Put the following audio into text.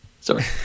Sorry